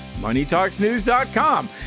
MoneyTalksNews.com